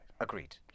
Agreed